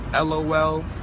LOL